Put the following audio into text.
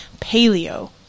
paleo